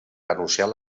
anunciar